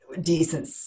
decent